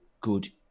good